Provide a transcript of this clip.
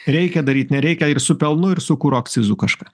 reikia daryt nereikia ir su pelnu ir su kuro akcizų kažką